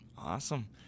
Awesome